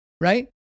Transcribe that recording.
right